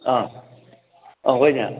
ꯑꯥ ꯑꯥ ꯍꯣꯏꯅꯦ